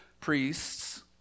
priests